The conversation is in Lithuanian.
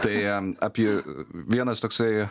tai apie vienas toksai